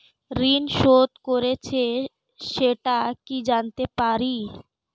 ঋণ শোধ করেছে সেটা কি জানতে পারি?